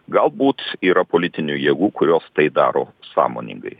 galbūt yra politinių jėgų kurios tai daro sąmoningai